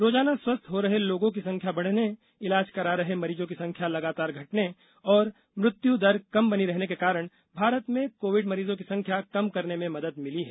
रोजाना स्वस्थ हो रहे लोगों की संख्या बढने इलाज करा रहे मरीजों की संख्या लगातार घटने और मृत्युदर कम बनी रहने के कारण भारत में कोविड मरीजों की संख्या कम करने में मदद मिली है